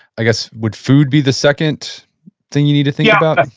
i guess would food be the second thing you need to think about? ah